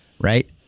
right